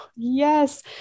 Yes